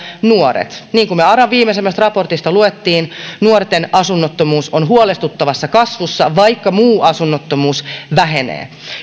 nuoret niin kuin me aran viimeisimmästä raportista luimme nuorten asunnottomuus on huolestuttavassa kasvussa vaikka muu asunnottomuus vähenee